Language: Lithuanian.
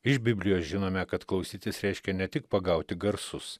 iš biblijos žinome kad klausytis reiškia ne tik pagauti garsus